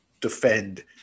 defend